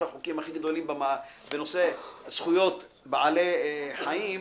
החוקים הכי גדולים בנושא זכויות בעלי חיים,